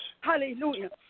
Hallelujah